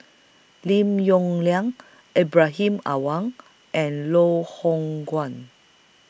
Lim Yong Liang Ibrahim Awang and Loh Hoong Kwan